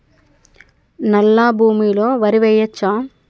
నల్లా భూమి లో వరి వేయచ్చా?